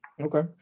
Okay